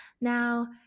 Now